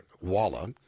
Walla